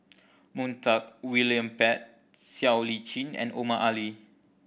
Montague William Pett Siow Lee Chin and Omar Ali